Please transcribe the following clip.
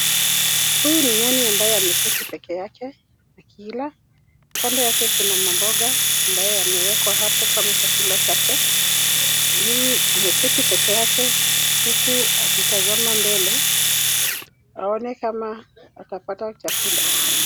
Huyu ni nyani ambaye ameketi peke yake akila. Kando yake kuna mamboga ambayo yamewekwa hapo kama chakula chake. Ameketi pekeake huku akitazama mbele aone kama atapata chakula.